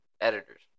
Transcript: editors